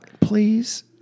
please